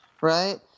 right